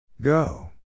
Go